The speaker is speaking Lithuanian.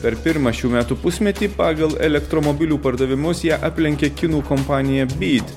per pirmą šių metų pusmetį pagal elektromobilių pardavimus ją aplenkė kinų kompanija byt